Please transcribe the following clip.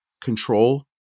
control